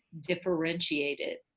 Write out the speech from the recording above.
differentiated